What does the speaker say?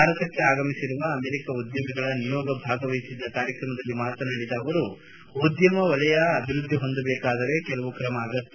ಭಾರತಕ್ಕೆ ಆಗಮಿಸಿರುವ ಅಮೆರಿಕ ಉದ್ಯಮಿಗಳ ನಿಯೋಗ ಭಾಗವಹಿಸಿದ್ದ ಕಾರ್ಯಕ್ರಮದಲ್ಲಿ ಮಾತನಾಡಿದ ಸುರೇಶ್ ಪ್ರಭು ಉದ್ಯಮ ವಲಯ ಅಭಿವೃದ್ದಿ ಹೊಂದಬೇಕಾದರೆ ಕೆಲವು ಕ್ರಮ ಅಗತ್ಯ